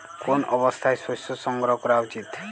কোন অবস্থায় শস্য সংগ্রহ করা উচিৎ?